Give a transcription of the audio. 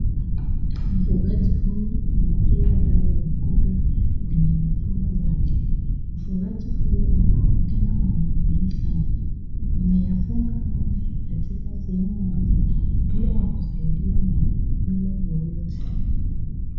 Mfugaji huyu anapea dawa ya kupe kwenye mifugo zake. Mfugaji huyu anaonekana mwenye bidii sana. Ameyafunga ng'ombe katika sehemu moja bila ya kusaidiwa na mtu yeyote.